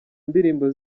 ndirimbo